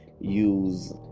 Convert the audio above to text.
use